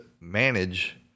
manage